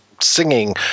singing